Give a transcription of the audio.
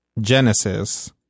genesis